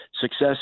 Success